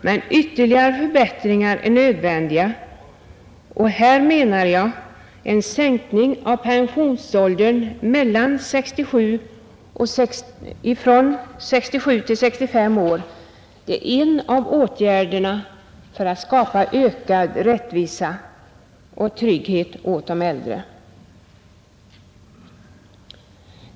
Men ytterligare förbättringar är nödvändiga, och här menar jag att en sänkning av pensionsåldern från 67 till 65 år är en av åtgärderna för att skapa ökad rättvisa och trygghet åt de äldre.